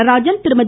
Natarajan Thirumathi